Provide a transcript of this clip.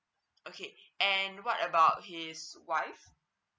okay and what about his wife